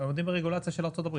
הם עומדים ברגולציה של ארצות-הברית.